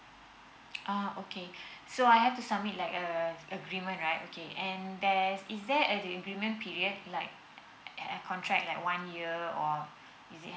uh okay so I have to submit like uh agreement right okay and there is there any agreement period like have contract like one year or is it